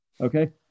Okay